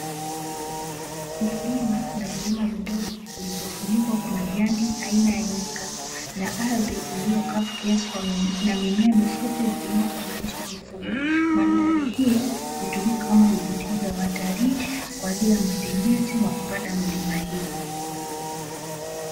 Milima na vilima vidogo vilivyofunikwa kwa majani aina ya nyika, na ardhi iliyokavu kiasi kwa na mimea mifupi hutumika kwa malisho ya mifugo. Mandhari hii hutumika kama vivutio vya watalii, kwa ajili ya matembezi, na kupanda milima hiyo.